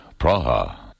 Praha